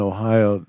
Ohio